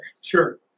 Sure